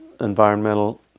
environmental